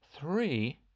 three